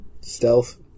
stealth